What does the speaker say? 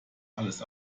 alles